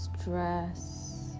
stress